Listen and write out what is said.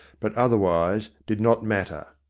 but otherwise did not matter.